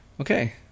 Okay